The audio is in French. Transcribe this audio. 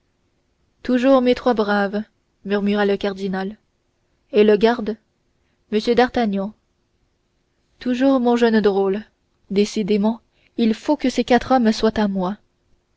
toujours mes trois braves murmura le cardinal et le garde m d'artagnan toujours mon jeune drôle décidément il faut que ces quatre hommes soient à moi